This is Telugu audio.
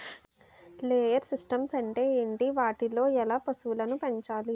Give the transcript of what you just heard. లేయర్ సిస్టమ్స్ అంటే ఏంటి? వాటిలో ఎలా పశువులను పెంచాలి?